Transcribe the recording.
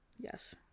yes